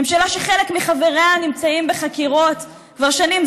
ממשלה שחלק מחבריה נמצאים בחקירות כבר שנים,